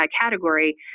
category